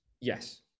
yes